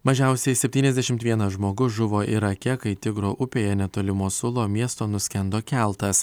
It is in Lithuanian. mažiausiai septyniasdešimt vienas žmogus žuvo irake kai tigro upėje netoli mosulo miesto nuskendo keltas